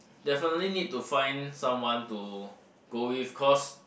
definitely need to find someone to go with cause